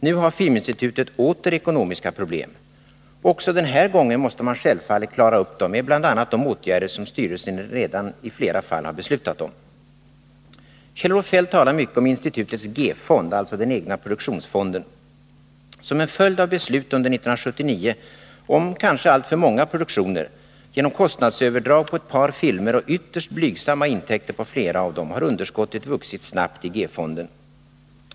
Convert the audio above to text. Nu har Filminstitutet åter ekonomiska problem. Också den här gången måste man självfallet klara upp dem med bl.a. de åtgärder som styrelsen i flera fall redan har beslutat om. Kjell-Olof Feldt talar mycket om institutets G-fond, alltså den egna produktionsfonden. Som en följd av beslut under 1979 om kanske alltför många produktioner, genom kostnadsöverdrag på ett par filmer och ytterst blygsamma intäkter på flera av dem har underskottet vuxit snabbt i G-fonden.